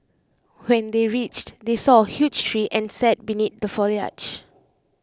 when they reached they saw A huge tree and sat beneath the foliage